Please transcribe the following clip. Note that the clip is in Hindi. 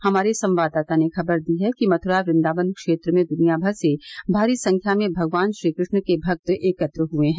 हमारे संवाददाता ने खबर दी है कि मथुरा वृदावंन क्षेत्र में दुनियाभर से भारी संख्या में भगवान कृष्ण के भक्त एकत्र हुए हैं